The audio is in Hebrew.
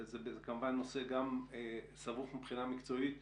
זה, כמובן, נושא סבוך מבחינה מקצועית וגם,